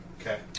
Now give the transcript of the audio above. Okay